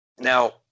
Now